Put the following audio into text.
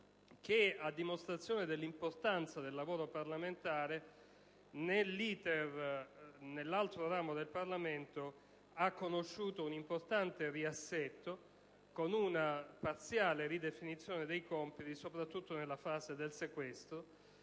che, a dimostrazione dell'importanza del lavoro parlamentare, nell'*iter* svolto nell'altro ramo del Parlamento ha conosciuto un importante riassetto, con una parziale ridefinizione dei compiti soprattutto nella fase del sequestro,